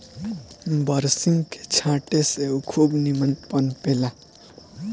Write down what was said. बरसिंग के छाटे से उ खूब निमन पनपे ला